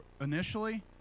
initially